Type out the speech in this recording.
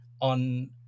on